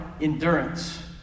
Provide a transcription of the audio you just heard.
endurance